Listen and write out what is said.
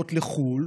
בנסיעות לחו"ל